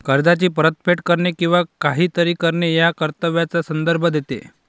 कर्जाची परतफेड करणे किंवा काहीतरी करणे या कर्तव्याचा संदर्भ देते